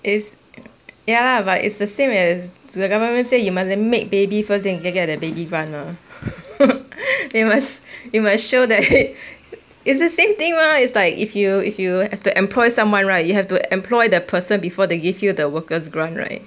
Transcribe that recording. is ya lah but it's the same as the government say you must make baby first then you can get the baby grant mah you must you must show that it's the same thing mah it's like if you if you have to employ someone right you have to employ the person before they give you the workers grant right